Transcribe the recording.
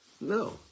No